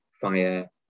fire